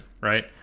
right